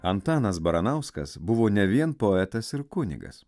antanas baranauskas buvo ne vien poetas ir kunigas